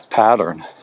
pattern